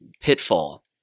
pitfall